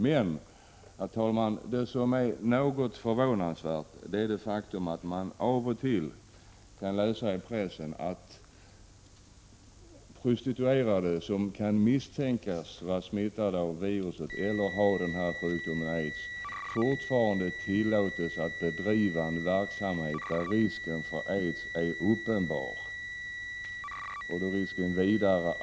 Men, herr talman, det som är förvånansvärt är det faktum att man av och till kan läsa i pressen att prostituerade, som kan misstänkas vara smittade av viruset eller har sjukdomen aids, fortfarande tillåts bedriva en verksamhet där risken för aidssmitta är uppenbar.